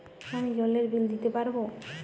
আমি জলের বিল দিতে পারবো?